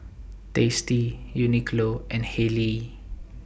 tasty Uniqlo and Haylee